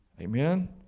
Amen